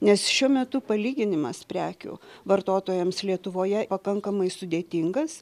nes šiuo metu palyginimas prekių vartotojams lietuvoje pakankamai sudėtingas